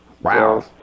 wow